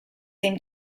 seem